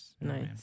Nice